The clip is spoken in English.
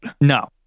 no